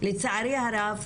לצערי הרב,